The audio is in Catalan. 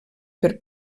per